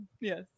yes